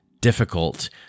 difficult